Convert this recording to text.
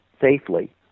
safely